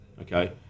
Okay